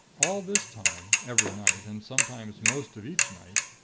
all this time, every night, and sometimes most of each night,